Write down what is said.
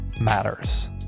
matters